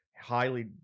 highly